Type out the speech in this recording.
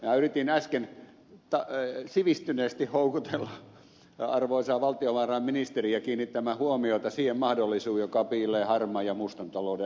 minä yritin äsken sivistyneesti houkutella arvoisaa valtiovarainministeriä kiinnittämään huomiota siihen mahdollisuuteen joka piilee harmaan ja mustan talouden alueella